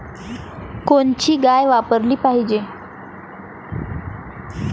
कोनची गाय वापराली पाहिजे?